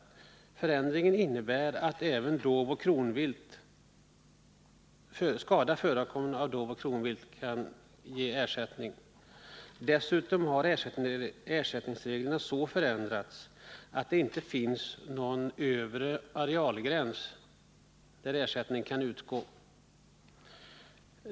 Förändringen i lagen innebär att även skada som är föranledd av dovoch kronvilt nu kan ersättas. Dessutom har ersättningsreglerna förändrats så att det inte finns någon övre arealgräns där ersättning kan utgå.